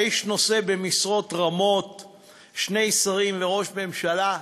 האיש נושא במשרות רמות, שני שרים וראש ממשלה.